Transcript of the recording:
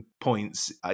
points